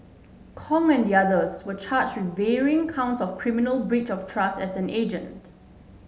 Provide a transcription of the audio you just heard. Kong and the others were charge with varying counts of criminal breach of trust as an agent